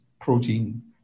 protein